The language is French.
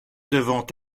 devant